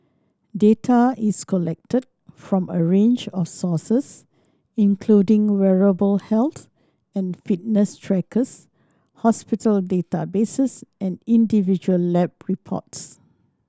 data is collected from a range of sources including wearable health and fitness trackers hospital databases and individual lab reports